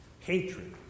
Hatred